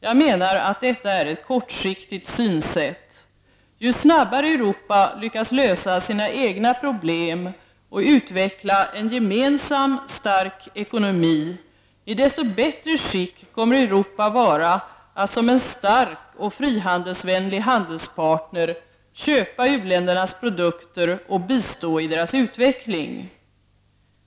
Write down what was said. Jag menar att detta är ett kortsiktigt synsätt. Ju snabbare Europa lyckas lösa sina egna problem och utveckla en gemensam stark ekonomi, i desto bättre skick kommer Europa att vara att som en stark och frihandelsvänlig handelspartner köpa u-ländernas produkter och bistå i deras utveckling.